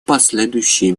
последующие